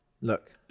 look